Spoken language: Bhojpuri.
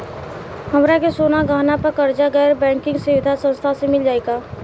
हमरा के सोना गहना पर कर्जा गैर बैंकिंग सुविधा संस्था से मिल जाई का?